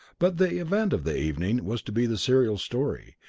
but the event of the evening was to be the serial story,